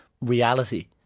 reality